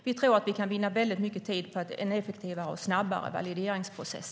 Vi tror att vi kan vinna väldigt mycket tid på en snabbare och effektivare valideringsprocess.